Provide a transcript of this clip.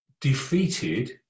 defeated